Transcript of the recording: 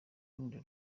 rundi